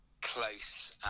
close